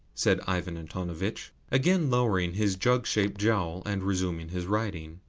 said ivan antonovitch, again lowering his jug-shaped jowl, and resuming his writing.